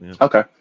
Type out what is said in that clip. Okay